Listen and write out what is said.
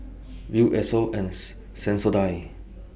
Viu Esso and Sensodyne